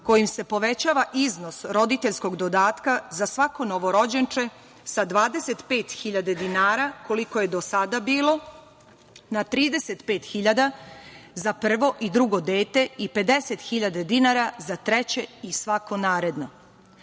kojim se povećava iznos roditeljskog dodatka za svako novorođenče sa 25.000 dinara koliko je do sada bilo na 35.000 dinara za prvo i drugo dete i 50 hiljada dinara za treće i svako naredno